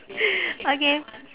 okay